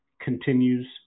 continues